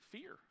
Fear